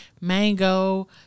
mango